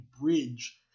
bridge